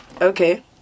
okay